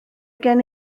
gen